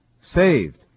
saved